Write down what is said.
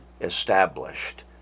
established